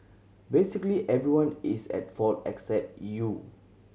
basically everyone is at fault except you